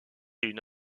une